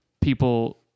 people